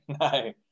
no